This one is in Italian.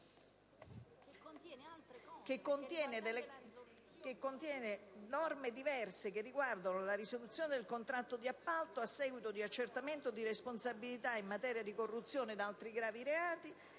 che contiene norme diverse che riguardano la risoluzione del contratto di appalto a seguito di accertamento di responsabilità in materia di corruzione ed altri gravi reati.